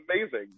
amazing